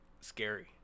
Scary